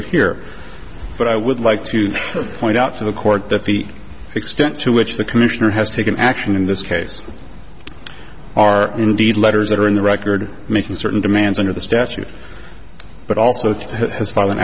it here but i would like to point out to the court that the extent to which the commissioner has taken action in this case are indeed letters that are in the record making certain demands under the statute but also to his fallen